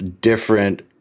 different